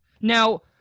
Now